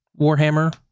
Warhammer